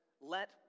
let